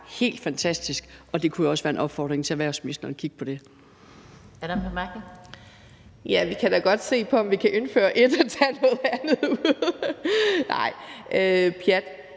helt fantastisk, og det kunne også være en opfordring til erhvervsministeren om at kigge på det.